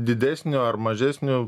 didesnio ar mažesnio